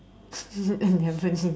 I never knew